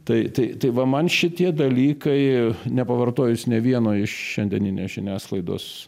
tai tai tai va man šitie dalykai nepavartojus ne vieno iš šiandieninės žiniasklaidos